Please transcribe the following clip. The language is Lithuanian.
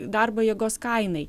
darbo jėgos kainai